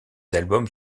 albums